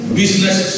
business